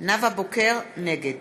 נגד